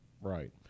right